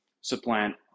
supplant